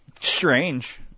strange